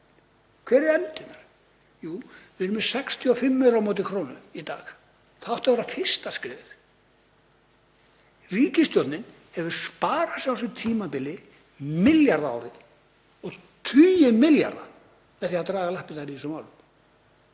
Hverjar eru efndirnar? Jú, við erum með 65 aura á móti krónu í dag. Það átti að vera fyrsta skrefið. Ríkisstjórnin hefur sparað sér á þessu tímabili milljarða á ári og tugi milljarða með því að draga lappirnar í þessum málum